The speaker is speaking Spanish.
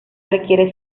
requiere